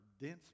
dense